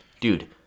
Dude